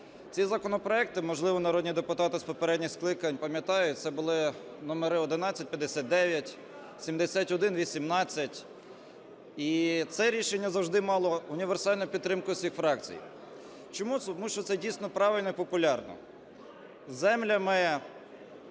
Ці законопроекти, можливо, народні депутати з попередніх скликань пам'ятають, це були номери 1159, 7118. І це рішення завжди мало універсальну підтримку всіх фракцій. Чому? Тому що це дійсно правильно і популярно.